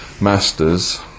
masters